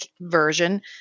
version